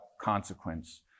consequence